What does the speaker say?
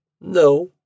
No